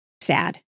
sad